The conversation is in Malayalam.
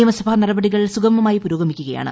നിയമസഭാ നടപടികൾ സുഗമമായി പുരോഗമിക്കുകയാണ്